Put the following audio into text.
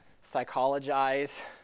psychologize